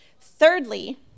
Thirdly